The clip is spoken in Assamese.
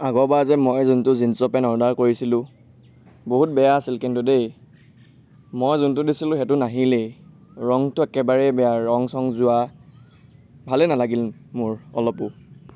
আগৰবাৰ যে মই যোনটো জিন্সৰ পেণ্ট অৰ্ডাৰ কৰিছিলোঁ বহুত বেয়া আছিল কিন্তু দেই মই যোনটো দিছিলোঁ সেইটো নাহিলেই ৰংটো একেবাৰেই বেয়া ৰং চং যোৱা ভালেই নালাগিল মোৰ অলপো